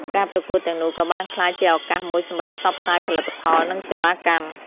ការប្រកួតទាំងនោះក៏បានក្លាយជាឱកាសមួយសម្រាប់ផ្សព្វផ្សាយផលិតផល និងសេវាកម្ម។